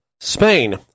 Spain